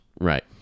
right